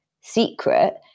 secret